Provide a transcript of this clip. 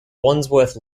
wandsworth